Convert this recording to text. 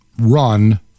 run